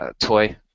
toy